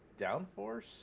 downforce